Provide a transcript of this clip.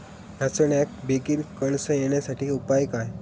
नाचण्याक बेगीन कणसा येण्यासाठी उपाय काय?